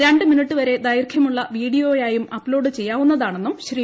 രണ്ട് മിനിട്ട് വരെ ദൈർഘ്യമുള്ള വീഡിയോയായും അപ്ലോഡ് ചെയ്യാവുന്നതാണെന്നും ശ്രീ